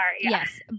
Yes